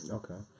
okay